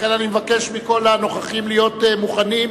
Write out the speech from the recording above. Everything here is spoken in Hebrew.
לכן אני מבקש מכל הנוכחים להיות מוכנים.